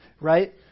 right